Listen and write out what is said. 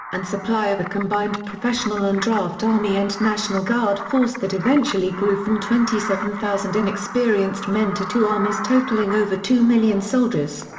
and supply of a combined professional and draft army and national guard force that eventually grew from twenty seven thousand inexperienced men to two armies totaling over two million soldiers.